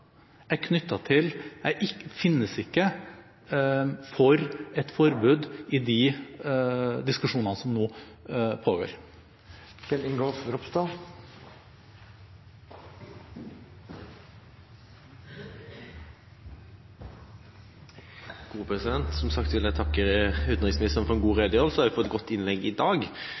er: ingen atomvåpen. Men det politiske grunnlaget for et forbud finnes ikke i dag i de diskusjonene som nå pågår. Som sagt vil jeg takke utenriksministeren for en god